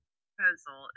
proposal